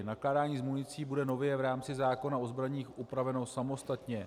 Nakládání s municí bude nově v rámci zákona o zbraních upraveno samostatně.